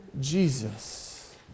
Jesus